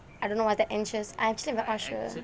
I don't know what's that anxious actually I'm not sure